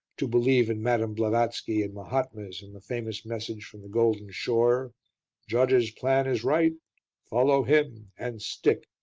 to believe in madame blavatsky and mahatmas and the famous message from the golden shore judge's plan is right follow him and stick.